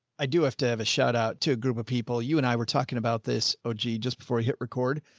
i do have to have a shout out to a group of people. you and i were talking about this. oh, gee. just before you hit record,